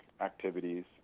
activities